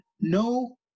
no